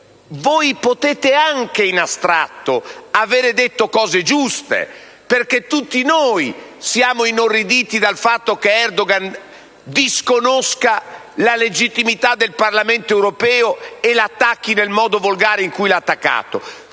potete aver detto anche cose giuste, perché tutti noi siamo inorriditi dal fatto che Erdogan disconosca la legittimità del Parlamento europeo e lo attacchi nel modo volgare in cui lo ha attaccato;